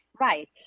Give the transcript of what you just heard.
Right